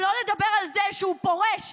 שלא לדבר על זה שהוא פורש,